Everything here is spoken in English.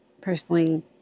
personally